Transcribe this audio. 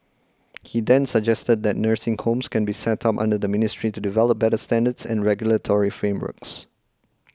he then suggested that nursing homes can be set up under the ministry to develop better standards and regulatory frameworks